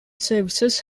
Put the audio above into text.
services